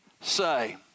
say